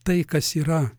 tai kas yra